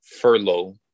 furlough